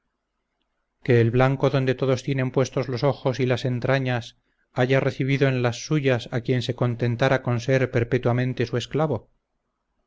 que el blanco donde todos tienen puestos los ojos y las entrañas haya recibido en las suyas a quien se contentara con ser perpetuamente su esclavo